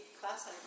class